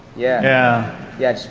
yeah yeah